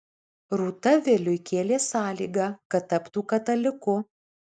rūta viliui kėlė sąlygą kad taptų kataliku